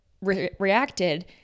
reacted